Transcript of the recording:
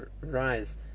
rise